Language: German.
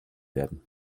werden